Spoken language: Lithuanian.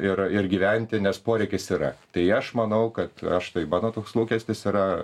ir ir gyventi nes poreikis yra tai aš manau kad aš tai mano toks lūkestis yra